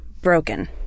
broken